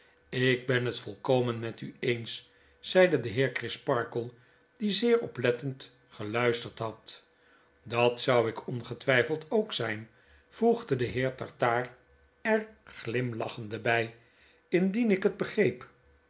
lk ben het volkomen met u eens zeide de heer crisparkle die zeer oplettend geluisterd hd w dat zou ik ongetwyfeld ook zyn voegde de heer tartaar er glimlachende by indien ik het begreep